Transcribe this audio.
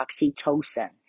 oxytocin